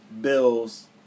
bills